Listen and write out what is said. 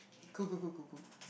cool cool cool cool cool